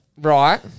Right